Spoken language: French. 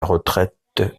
retraite